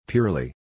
Purely